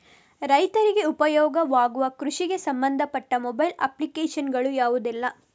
ರೈತರಿಗೆ ಉಪಯೋಗ ಆಗುವ ಕೃಷಿಗೆ ಸಂಬಂಧಪಟ್ಟ ಮೊಬೈಲ್ ಅಪ್ಲಿಕೇಶನ್ ಗಳು ಯಾವುದೆಲ್ಲ?